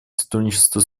сотрудничество